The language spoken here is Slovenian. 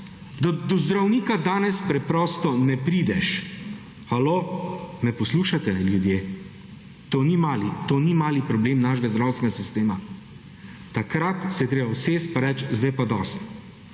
do zdravnika danes preprosto ne prideš. Halo? Me poslušate, ljudje? To ni mali, to ni mali problem našega zdravstvenega sistema. Takrat se je treba usesti pa reči, zdaj pa dosti.